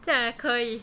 这样也可以